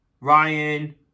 Ryan